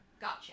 gotcha